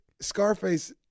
Scarface